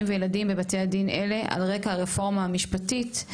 וילדים בבתי הדין האלה על רקע הרפורמה המשפטית,